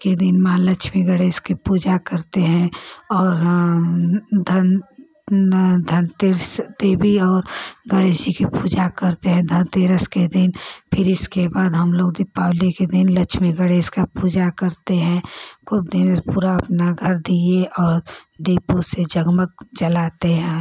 के दिन माँ लक्षमी गणेश की पूजा करते हैं और हाँ धन धनतेरस देवी और गणेश जी की पूजा करते हैं धनतेरस के दिन फिर इसके बाद हम लोग दीपावली के दिन लच्छमी गणेश का पूजा करते हैं खोब दीने से पूरा अपना घर दिए और दीपों से जगमग जलाते हैं